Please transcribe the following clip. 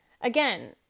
Again